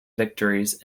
victories